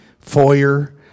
foyer